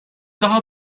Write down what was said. daha